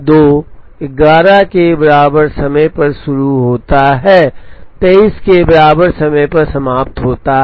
2 11 के बराबर समय पर शुरू होता है 23 के बराबर समय पर समाप्त होता है